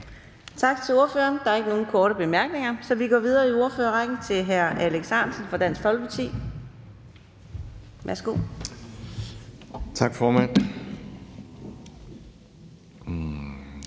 Tak til ordføreren. Der er ikke nogen korte bemærkninger, så vi går videre i ordførerrækken til hr. Frederik Bloch Münster fra